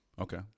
Okay